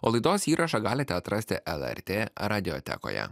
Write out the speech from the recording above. laidos įrašą galite atrasti lrt radiotekoje